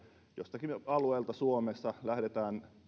joltakin alueelta suomessa lähdetään